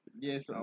Yes